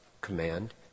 Command